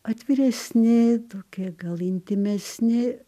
atviresni tokie gal intymesni